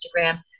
Instagram